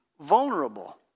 vulnerable